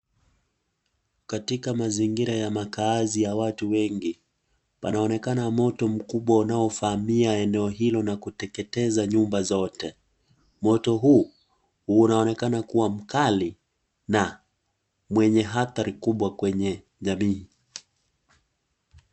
Katika mazingira ya makaazi ya watu wengi, panaonekana moto mkubwa unaovamia eneo hilo na kuteketeza nyumba zote, moto huu unaonekana kuwa mkali na mwenye hatari kubwa kwenye jamii.